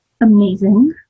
amazing